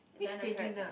which painting ah